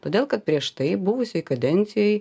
todėl kad prieš tai buvusioj kadencijoj